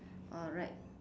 correct